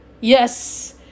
yes